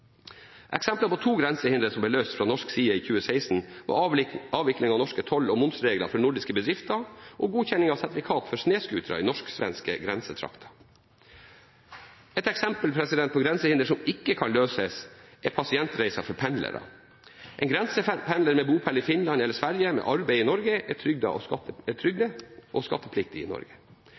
Eksempler på to grensehindre som ble løst fra norsk side i 2016, var avvikling av norske toll- og momsregler for nordiske bedrifter og godkjenning av sertifikat for snøscootere i norsk-svenske grensetrakter. Et eksempel på et grensehinder som ikke kan løses, er pasientreiser for pendlere. En grensependler med bopel i Finland eller Sverige og arbeid i Norge er trygde- og skattepliktig i Norge.